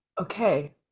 Okay